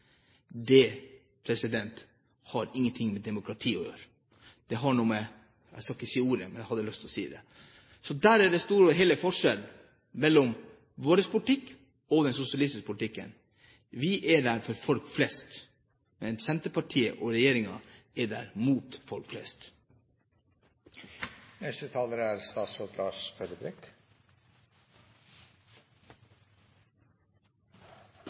Det har ingenting med demokrati å gjøre, det har noe med – jeg skal ikke si ordet, men jeg hadde lyst til å si det. Så der er den store og hele forskjellen mellom vår politikk og den sosialistiske politikken: Vi er der for folk flest, men Senterpartiet og regjeringen er der mot folk flest. Jeg tror nok at det er